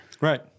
Right